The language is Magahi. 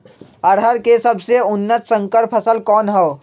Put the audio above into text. अरहर के सबसे उन्नत संकर फसल कौन हव?